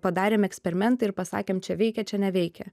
padarėm eksperimentą ir pasakėm čia veikia čia neveikia